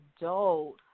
adult